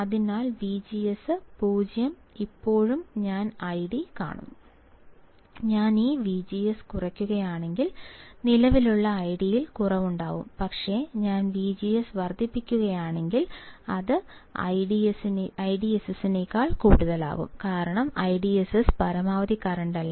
അതിനാൽ വിജിഎസ് 0 ഇപ്പോഴും ഞാൻ ഐഡി കാണുന്നു ഞാൻ ഈ വിജിഎസ് കുറയ്ക്കുകയാണെങ്കിൽ നിലവിലുള്ള ഐഡിയിൽ കുറവുണ്ടാകും പക്ഷേ ഞാൻ വിജിഎസ് വർദ്ധിപ്പിക്കുകയാണെങ്കിൽ അത് ഐഡിഎസ്എസിനേക്കാൾ കൂടുതലാകാം കാരണം ഐഡിഎസ്എസ് പരമാവധി കറൻറ് അല്ല